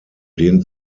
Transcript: den